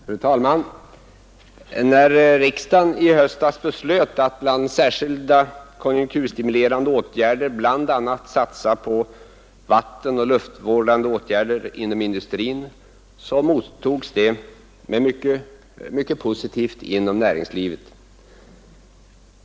Fru talman! När riksdagen i höstas beslöt att i konjunkturstimulerande syfte bl.a. satsa på vattenoch luftvårdande åtgärder inom industrin, mottogs det mycket positivt inom näringslivet.